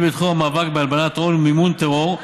בתחום המאבק בהלבנת הון ובמימון טרור,